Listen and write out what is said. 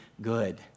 good